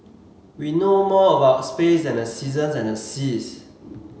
we know more about space than the seasons and the seas